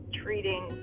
treating